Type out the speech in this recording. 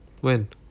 when